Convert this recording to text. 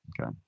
Okay